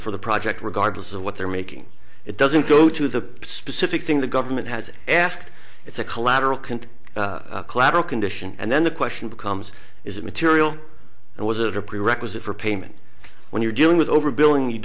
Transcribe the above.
for the project regardless of what they're making it doesn't go to the specific thing the government has asked it's a collateral can collateral condition and then the question becomes is it material and was it a prerequisite for payment when you're dealing with overbilling you